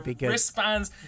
wristbands